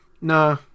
Nah